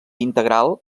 integral